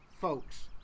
folks